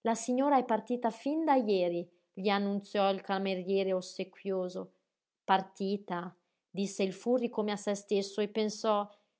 la signora è partita fin da jeri gli annunziò il cameriere ossequioso partita disse il furri come a se stesso e pensò